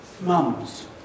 Mums